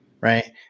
Right